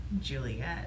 Juliet